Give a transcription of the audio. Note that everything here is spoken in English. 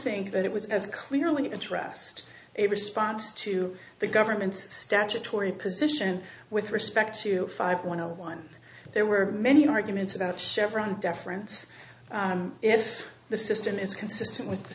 think that it was as clearly addressed a response to the government's statutory position with respect to five one one there were many arguments about chevron deference if the system is consistent with